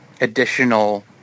additional